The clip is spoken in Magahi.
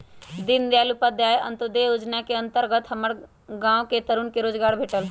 दीनदयाल उपाध्याय अंत्योदय जोजना के अंतर्गत हमर गांव के तरुन के रोजगार भेटल